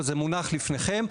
אבל זה מונח לפניכם.